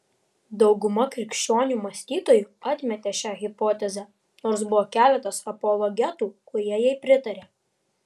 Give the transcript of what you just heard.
dauguma krikščionių mąstytojų atmetė šią hipotezę nors buvo keletas apologetų kurie jai pritarė